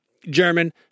German